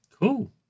Cool